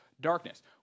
darkness